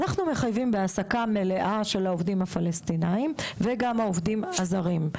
אנחנו מחייבים בהעסקה מלאה של העובדים הפלשתינאים וגם העובדים הזרים.